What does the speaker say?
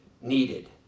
needed